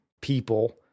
people